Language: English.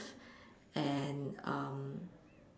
and um